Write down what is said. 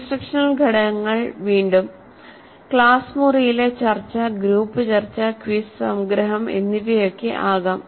instructional ഘടകങ്ങൾ വീണ്ടും class മുറിയിലെ ചർച്ച ഗ്രൂപ്പ് ചർച്ച ക്വിസ് സംഗ്രഹം എന്നിവയൊക്കെ ആകാം